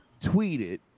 tweeted